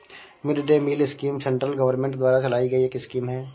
mid day meal scheme central government द्वारा चलाई गई एक स्कीम है